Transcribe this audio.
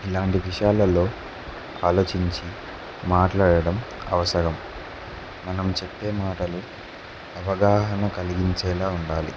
ఇలాంటి విషయాలలో ఆలోచించి మాట్లాడడం అవసరం మనం చెప్పే మాటలు అవగాహన కలిగించేలా ఉండాలి